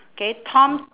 K tom